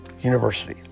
University